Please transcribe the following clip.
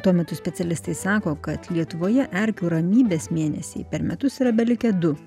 tuo metu specialistai sako kad lietuvoje erkių ramybės mėnesiai per metus yra belikę du